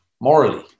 morally